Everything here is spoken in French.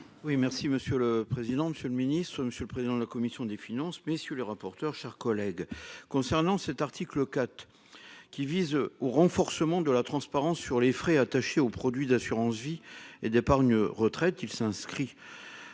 merci Monsieur. Le président, Monsieur le Ministre ce Monsieur le président de la commission des finances. Messieurs les rapporteurs chers collègues concernant cet article 4. Qui vise au renforcement de la transparence sur les frais attachés aux produits d'assurance vie et d'épargne retraite, il s'inscrit.